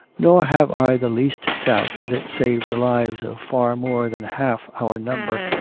nor have i the least doubt that it saved the lives of far more than half our number.